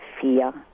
fear